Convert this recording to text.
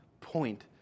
point